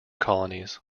colonies